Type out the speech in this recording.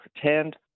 pretend